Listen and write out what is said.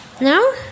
No